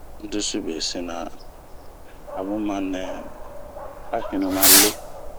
Sandusi be sina ,a bun ma nɛ a hinu ma lee.